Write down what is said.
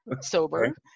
sober